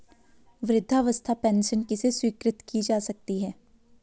वृद्धावस्था पेंशन किसे स्वीकृत की जा सकती है?